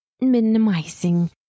minimizing